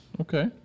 Okay